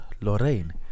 lorraine